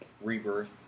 Rebirth